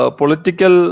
political